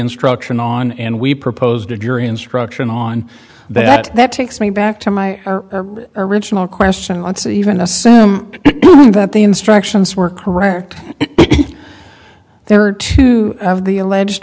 instruction on and we proposed a jury instruction on that that takes me back to my original question once even assume that the instructions were correct there are two of the alleged